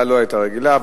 לה לא היתה רגילה,